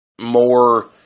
more